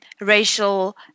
racial